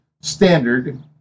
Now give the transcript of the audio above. standard